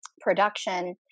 production